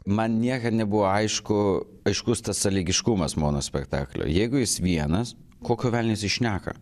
man niekad nebuvo aišku aiškus tas sąlygiškumas monospektaklio jeigu jis vienas kokio velnio jisai šneka